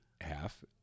half